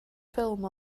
ffilm